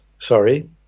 Sorry